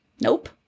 nope